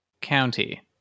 County